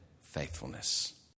faithfulness